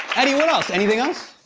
eddie, what else? anything else?